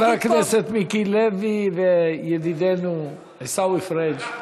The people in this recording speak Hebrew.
חבר הכנסת מיקי לוי וידידנו עיסאווי פריג'.